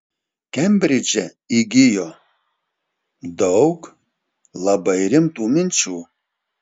kembridže įgijo daug labai rimtų minčių